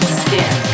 skin